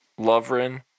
Lovren